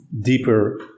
deeper